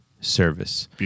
service